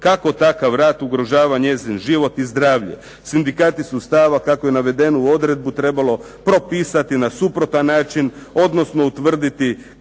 kako takav rad ugrožava njezin život i zdravlje. Sindikati su stava kako je navedenu odredbu trebalo propisati na suprotan način, odnosno utvrditi